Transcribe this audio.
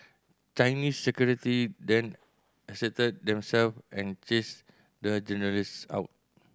Chinese security then asserted them self and chased the journalists out